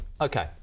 Okay